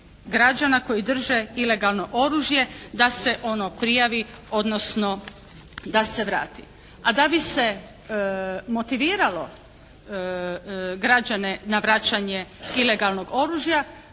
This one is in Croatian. građana koji drže ilegalno oružje da se ono prijavi odnosno da se vrati. A da bi se motiviralo građane na vraćanje ilegalnog oružja